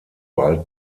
wald